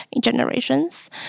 generations